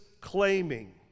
claiming